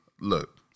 look